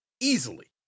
easily